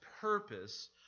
purpose